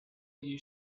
you